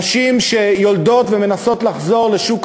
נשים שיולדות ומנסות לחזור לשוק